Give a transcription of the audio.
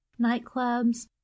nightclubs